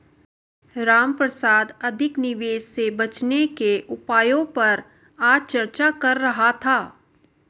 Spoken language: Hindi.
रामप्रसाद अधिक निवेश से बचने के उपायों पर आज चर्चा कर रहा था